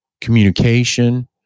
communication